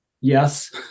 Yes